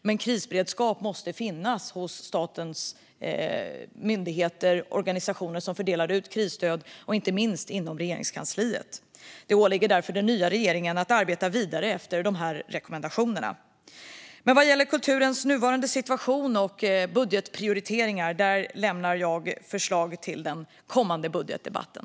Men krisberedskap måste finnas hos statens myndigheter och organisationer som fördelar ut krisstöd och inte minst inom Regeringskansliet. Det åligger därför den nya regeringen att arbeta vidare efter de här rekommendationerna. Vad gäller kulturens nuvarande situation och budgetprioriteringarna inväntar jag förslag inför den kommande budgetdebatten.